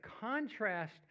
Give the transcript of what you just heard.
contrast